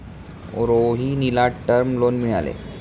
रोहिणीला term loan मिळाले